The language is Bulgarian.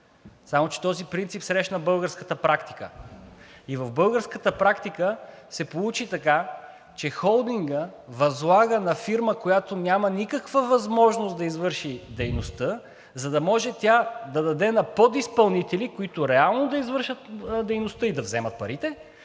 Само че този принцип срещна българската практика. В българската практика се получи така, че холдингът възлага на фирма, която няма никаква възможност да извърши дейността, за да може тя да даде на подизпълнители, които реално да извършат дейността и да вземат парите,